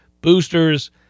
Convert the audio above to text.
boosters